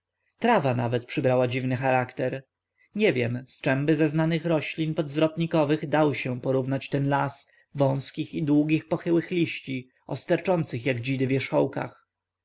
trawa nawet przybrała dziwny charakter niewiem z czemby ze znanych roślin podzwrotnikowych dał się porównać ten las wązkich i długich pochylonych liści o sterczących jak dzidy wierzchołkach